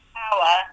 power